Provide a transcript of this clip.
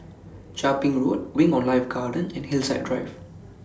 Chia Ping Road Wing on Life Garden and Hillside Drive